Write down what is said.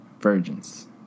virgins